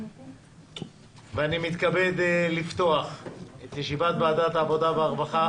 ואני מתכבד לפתוח את ישיבת ועדת העבודה והרווחה